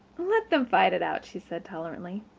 let them fight it out, she said tolerantly.